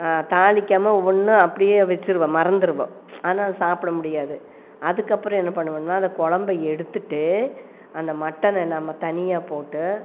தாளிக்காமல் ஒன்று அப்படியே வச்சிருவோம் மறந்துடுவோம் ஆனால் சாப்பிட முடியாது அதுக்கப்பறம் என்ன பண்ணுவோனா அதை குழம்ப எடுத்துகிட்டு அந்த மட்டனை நம்ம தனியாக போட்டு